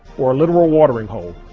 or a literal watering hole.